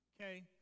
okay